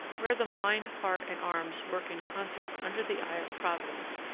where the mind, heart, and arms work in concert under the eye of providence,